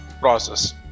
process